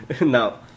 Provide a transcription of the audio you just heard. No